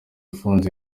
ufunze